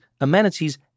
amenities